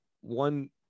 one